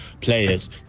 players